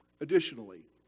Additionally